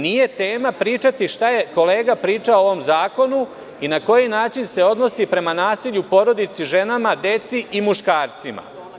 Nije tema pričati šta je kolega pričao o zakonu i na koji način se odnosi prema nasilju u porodici ženama, deci i muškarcima.